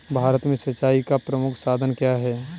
भारत में सिंचाई का प्रमुख साधन क्या है?